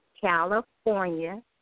California